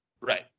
Right